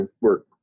work